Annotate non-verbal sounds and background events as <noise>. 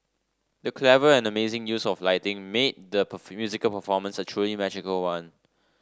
the clever and amazing use of lighting made the <unintelligible> musical performance a truly magical one